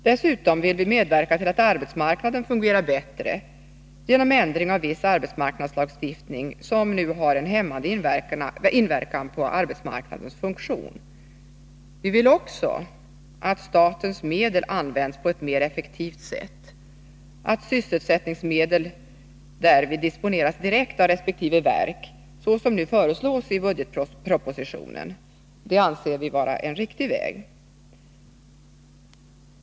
Dessutom vill vi medverka till att arbetsmarknaden fungerar bättre, genom ändring av viss arbetsmarknadslagstiftning som nu har en hämmande inverkan på arbetsmarknadens funktion. Vi vill också att statens medel används på ett mer effektivt sätt. Att sysselsättningsmedel därvid disponeras direkt av resp. verk, så som nu föreslås i budgetpropositionen, anser vi vara en riktig väg.